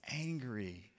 angry